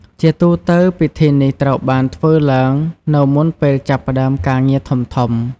ជាទូទៅ ពិធីនេះត្រូវបានធ្វើឡើងនៅមុនពេលចាប់ផ្តើមការងារធំៗ។